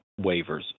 waivers